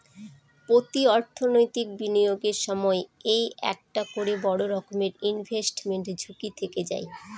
প্রতি অর্থনৈতিক বিনিয়োগের সময় এই একটা করে বড়ো রকমের ইনভেস্টমেন্ট ঝুঁকি থেকে যায়